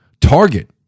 Target